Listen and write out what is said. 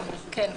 כן.